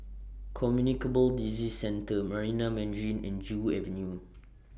Communicable Disease Centre Marina Mandarin and Joo Avenue